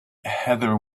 heather